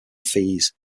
fees